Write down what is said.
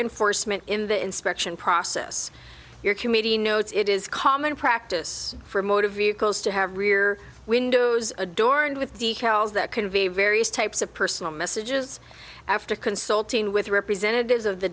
enforcement in the inspection process your committee notes it is common practice for motor vehicles to have rear windows adorned with decals that convey various types of personal messages after consulting with representatives of the